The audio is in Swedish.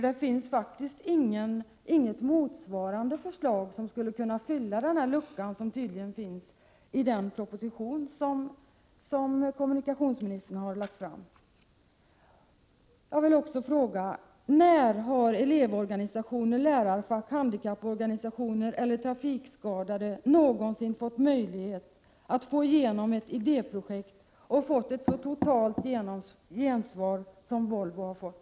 Det finns nämligen inget motsvarande förslag som skulle kunna fylla den lucka som tydligen finns i den propositionen som kommunikationsministern har lagt fram. Jag vill också fråga: När har elevorganisationer, lärarfack, handikapporganisationer eller trafikskadade någonsin fått möjlighet att få igenom ett idéprojekt och fått ett så totalt gensvar som Volvo nu har fått?